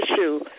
issue